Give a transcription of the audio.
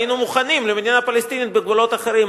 היינו מוכנים למדינה פלסטינית בגבולות אחרים,